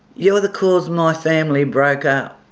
you're the cause my family broke up.